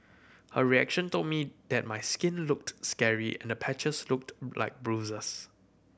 her reaction told me that my skin looked scary and the patches looked like bruises